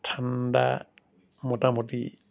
ঠাণ্ডা মোটামুটি